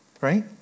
right